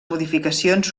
modificacions